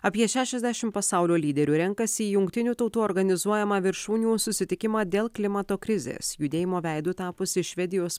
apie šešiasdešimt pasaulio lyderių renkasi į jungtinių tautų organizuojamą viršūnių susitikimą dėl klimato krizės judėjimo veidu tapusi švedijos